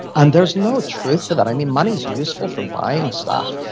and there's no truth to that. i mean, money is useful for buying stuff,